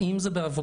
האם זה בעבודה.